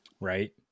Right